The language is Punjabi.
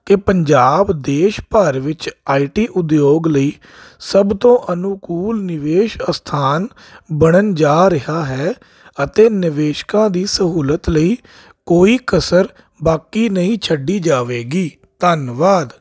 ਕਿ ਪੰਜਾਬ ਦੇਸ਼ ਭਰ ਵਿੱਚ ਆਈਟੀ ਉਦਯੋਗ ਲਈ ਸਭ ਤੋਂ ਅਨੁਕੂਲ ਨਿਵੇਸ਼ ਅਸਥਾਨ ਬਣਨ ਜਾ ਰਿਹਾ ਹੈ ਅਤੇ ਨਿਵੇਸ਼ਕਾਂ ਦੀ ਸਹੂਲਤ ਲਈ ਕੋਈ ਕਸਰ ਬਾਕੀ ਨਹੀਂ ਛੱਡੀ ਜਾਵੇਗੀ ਧੰਨਵਾਦ